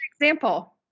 example